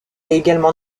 également